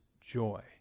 joy